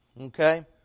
Okay